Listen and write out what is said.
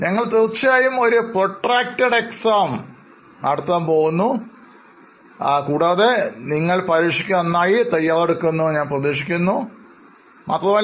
ഞങ്ങൾ തീർച്ചയായും ഒരു proctored exam നടത്താൻ പോകുന്നു കൂടാതെ നിങ്ങൾ പരീക്ഷയ്ക്ക് നന്നായി തയ്യാറെടുക്കുന്നുവെന്ന് ഞാൻ പ്രതീക്ഷിക്കുന്നു മാത്രമല്ല